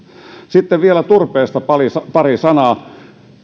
sitten vielä turpeesta pari sanaa